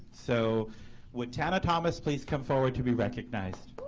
so would tonya thomas please come forward to be recognized.